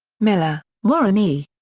miller, warren e.